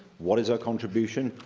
what is our contribution?